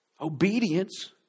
Obedience